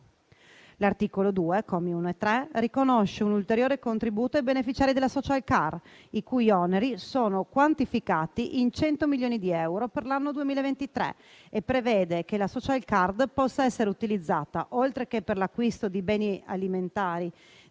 L'articolo 2, commi 1 e 3, riconosce un ulteriore contributo ai beneficiari della *social card*, i cui oneri sono quantificati in 100 milioni di euro per l'anno 2023, e prevede che la *social card* possa essere utilizzata, oltre che per l'acquisto di beni alimentari